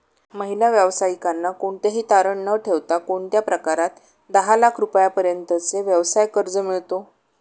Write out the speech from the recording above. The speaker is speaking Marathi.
महिला व्यावसायिकांना कोणतेही तारण न ठेवता कोणत्या प्रकारात दहा लाख रुपयांपर्यंतचे व्यवसाय कर्ज मिळतो?